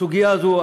הסוגיה הזו,